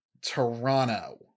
Toronto